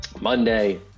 Monday